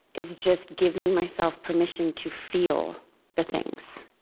is just giving myself permission to feel the things.